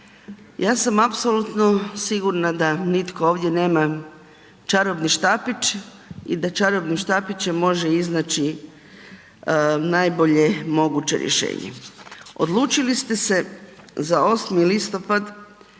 Ja sam apsolutno sigurna da nitko ovdje nema čarobni štapić i da čarobnim štapićem može iznaći najbolje moguće rješenje. Odlučili ste se za 8. listopada